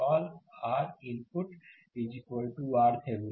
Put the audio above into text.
call R input RThevenin